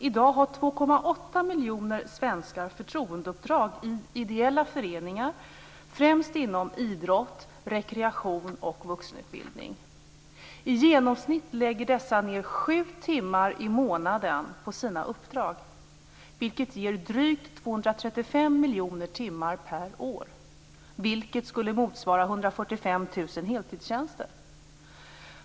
I dag har 2,8 miljoner svenskar förtroendeuppdrag i ideella föreningar främst inom idrott, rekreation och vuxenutbildning. I genomsnitt lägger dessa ned 7 timmar i månaden på sina uppdrag, vilket ger drygt 235 miljoner timmar per år. Det skulle motsvara 145 000 heltidstjänster.